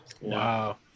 Wow